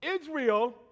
Israel